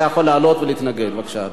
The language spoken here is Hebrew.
אתה יכול לעלות ולהתנגד, בבקשה.